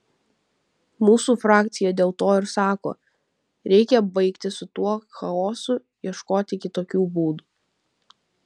mūsų frakcija dėl to ir sako reikia baigti su tuo chaosu ieškoti kitokių būdų